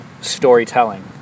storytelling